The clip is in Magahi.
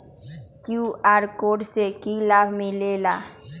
कियु.आर कोड से कि कि लाव मिलेला?